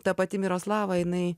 ta pati miroslava jinai